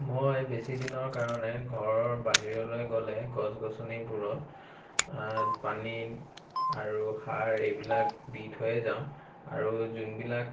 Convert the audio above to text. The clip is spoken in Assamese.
মই বেছিদিনৰ কাৰণে ঘৰৰ বাহিৰলৈ গ'লে গছ গছনিবোৰত পানী আৰু সাৰ এইবিলাক দি থৈয়ে যাওঁ আৰু যোনবিলাক